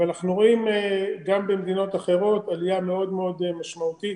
אבל אנחנו רואים גם במדינות אחרות עלייה מאוד מאוד משמעותית